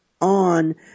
on